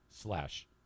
slash